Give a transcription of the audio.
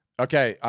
okay.